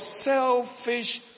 selfish